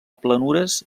planures